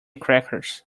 crackers